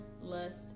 lust